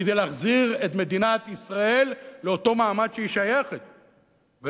כדי להחזיר את מדינת ישראל לאותו מעמד שהיא שייכת אליו,